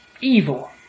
evil